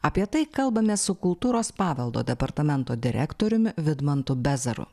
apie tai kalbamės su kultūros paveldo departamento direktoriumi vidmantu bezaru